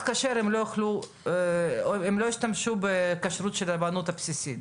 כשר הם לא ישתמשו בכשרות של הרבנות הבסיסית,